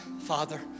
Father